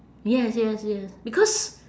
yes yes yes because